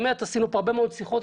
עשינו פה הרבה מאוד שיחות.